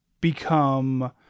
become